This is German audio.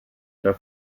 der